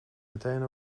meteen